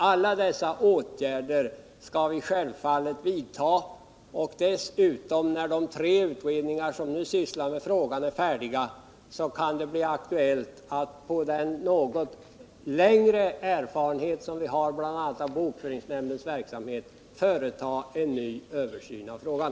Alla dessa åtgärder skall vi självfallet vidta, och när de tre utredningar som nu sysslar med frågan är färdiga kan det dessutom bli aktuellt att med utgångspunkt i den något längre erfarenhet vi då har bl.a. av bokföringsnämndens verksamhet företa en ny översyn av frågan.